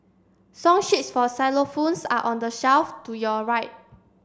song sheets for xylophones are on the shelf to your right